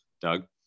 Doug